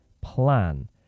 plan